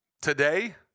Today